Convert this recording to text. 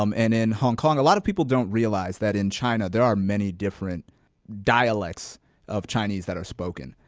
um in in hong kong, a lot of people don't realize that in china, there are many different dialects of chinese that are spoken.